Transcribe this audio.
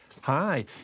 Hi